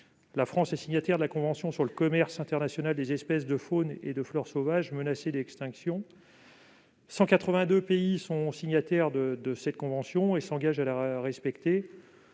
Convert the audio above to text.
la France est signataire de la convention sur le commerce international des espèces de faune et de flore sauvages menacées d'extinction. Quelque 182 pays sont signataires de cette convention et s'engagent à la respecter.